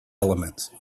elements